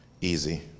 easy